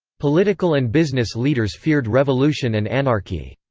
political and business leaders feared revolution and anarchy.